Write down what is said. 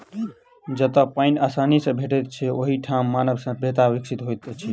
जतअ पाइन आसानी सॅ भेटैत छै, ओहि ठाम मानव सभ्यता विकसित होइत अछि